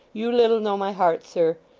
you little know my heart, sir.